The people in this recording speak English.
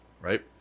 right